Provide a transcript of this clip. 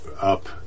up